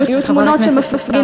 חברת הכנסת סתיו,